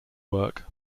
work